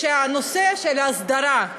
שהנושא של ההסדרה,